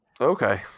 Okay